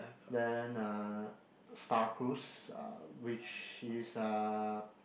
then uh Star Cruise uh which is uh